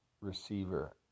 receiver